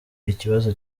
ikibazo